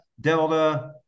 delta